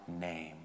name